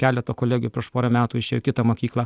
keletą kolegių prieš porą metų išėjo į kitą mokyklą